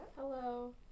Hello